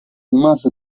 rimase